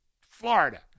Florida